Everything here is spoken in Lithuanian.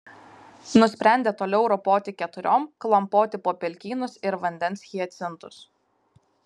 nusprendė toliau ropoti keturiom klampoti po pelkynus ir vandens hiacintus